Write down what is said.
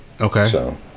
Okay